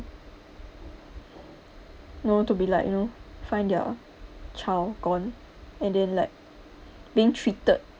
you know to be like you know find their child gone and then like being treated